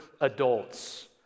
adults